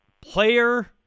player